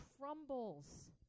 crumbles